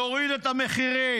נוריד את המחירים.